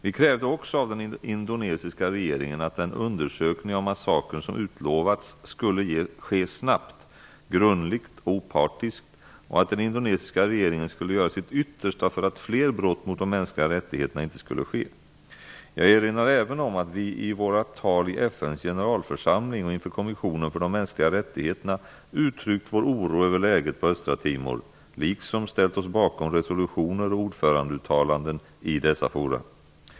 Vi krävde också av den indonesiska regeringen att den undersökning av massakern som utlovats skulle ske snabbt, grundligt och opartiskt och att den indonesiska regeringen skulle göra sitt yttersta för att fler brott mot de mänskliga rättigheterna inte skulle ske. Jag erinrar även om att vi i våra tal i FN:s generalförsamling och inför kommissionen för de mänskliga rättigheterna har uttryckt vår oro över läget på Östra Timor liksom ställt oss bakom resolutioner och ordförandeuttalanden i dessa forum.